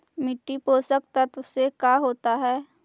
मिट्टी पोषक तत्त्व से का होता है?